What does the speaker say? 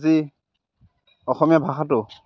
যি অসমীয়া ভাষাটো